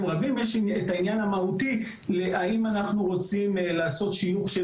רבים יש את העניין המהותי האם אנחנו רוצים לעשות שיוך של